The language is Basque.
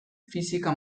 fisika